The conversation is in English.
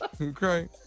Okay